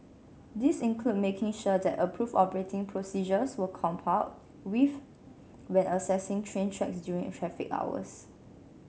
these include making sure that approved operating procedures were complied with when accessing train tracks during traffic hours